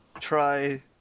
try